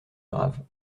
grave